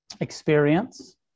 experience